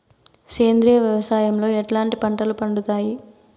సేంద్రియ వ్యవసాయం లో ఎట్లాంటి పంటలు పండుతాయి